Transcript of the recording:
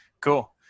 cool